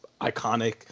iconic